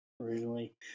Originally